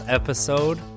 episode